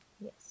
Yes